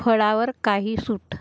फळावर काही सूट